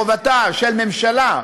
חובתה של ממשלה,